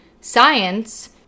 science